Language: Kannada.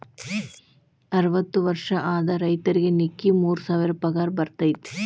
ಅರ್ವತ್ತ ವರ್ಷ ಆದ ರೈತರಿಗೆ ನಿಕ್ಕಿ ಮೂರ ಸಾವಿರ ಪಗಾರ ಬರ್ತೈತಿ